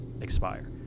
expire